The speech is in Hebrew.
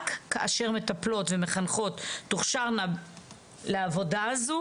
רק כאשר מטפלות ומחנכות תוכשרנה לעבודה הזאת